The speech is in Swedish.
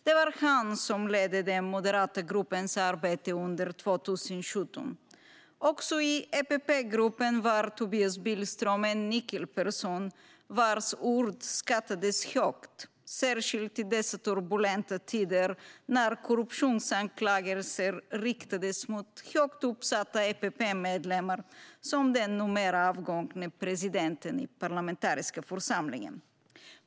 Det var han som ledde den moderata gruppens arbete under 2017. Också i EPP-gruppen var Tobias Billström en nyckelperson, vars ord skattades högt, särskilt i de turbulenta tider när korruptionsanklagelser riktades mot högt uppsatta EPP-medlemmar, som den numera avgångne presidenten i den parlamentariska församlingen.